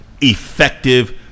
effective